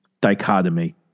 dichotomy